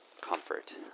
comfort